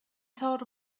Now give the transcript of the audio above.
thought